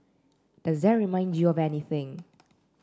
does that remind you of anything